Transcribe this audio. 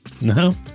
no